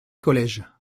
collèges